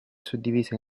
suddivisa